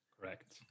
Correct